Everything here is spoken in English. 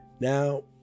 Now